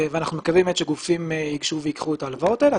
אנחנו באמת מקווים שגופים ייגשו וייקחו את ההלוואות האלה.